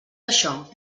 això